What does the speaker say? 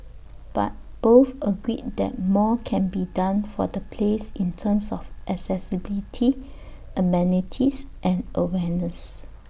but both agreed that more can be done for the place in terms of accessibility amenities and awareness